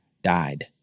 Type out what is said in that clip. died